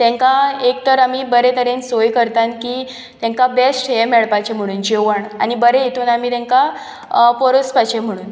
तेंका एक तर आमी बरें तरेन आमी सोय करतां की तेंकां बेस्ट हें मेळपाचे म्हणून जेवण आनी बरें हितून आमी तेंका परोसपाचे म्हणून